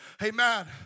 Amen